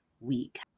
week